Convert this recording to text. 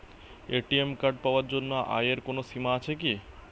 ATM card পাওয়ার জন্য আয়ের কোনো সীমা আছে কি?